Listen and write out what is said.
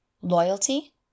loyalty